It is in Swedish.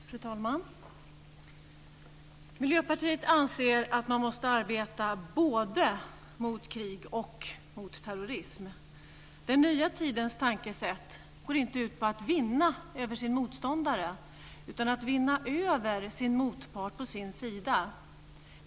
Fru talman! Miljöpartiet anser att man måste arbeta både mot krig och mot terrorism. Den nya tidens tankesätt går inte ut på att vinna över sin motståndare utan på att vinna över sin motpart på sin sida.